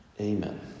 Amen